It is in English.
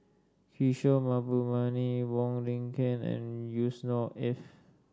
Kishore Mahbubani Wong Lin Ken and Yusnor Ef